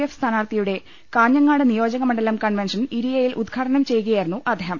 F സ്ഥാനാർത്ഥിയുടെ കാഞ്ഞങ്ങാട് നിയോജക മണ്ഡലം കൺവെൻഷൻ ഇരിയയിൽ ഉദ്ഘാടനം ചെയ്യുകയായിരുന്നു അദ്ദേ ഹം